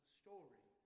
story